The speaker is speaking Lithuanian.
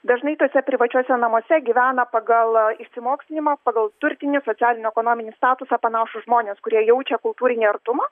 dažnai tuose privačiuose namuose gyvena pagal išsimokslinimą pagal turtinį socialinio ekonominį statusą panašūs žmonės kurie jaučia kultūrinį artumą